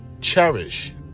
cherish